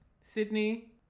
Sydney